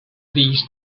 these